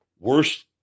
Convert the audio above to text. Worst